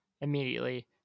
immediately